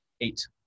Eight